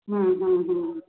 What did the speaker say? ਹੁੰ ਹੁੰ ਹੁੰ